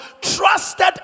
trusted